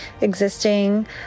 existing